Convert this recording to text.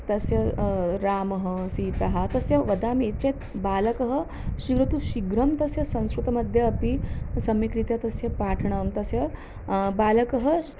तस्य रामः सीता तस्य वदामि चेत् बालकः शीघ्राति शीघ्रं तस्य संस्कृतं मध्ये अपि सम्यक्रीत्या तस्य पाठनं तस्य बालकः